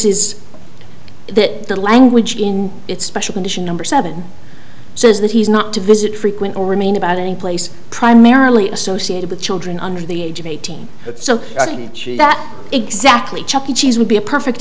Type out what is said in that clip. is that the language in its special edition number seven says that he's not to visit frequent or remain about any place primarily associated with children under the age of eighteen so i think that exactly chuck e cheese would be a perfect